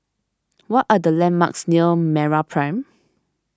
what are the landmarks near MeraPrime